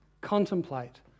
Contemplate